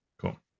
Cool